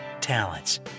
talents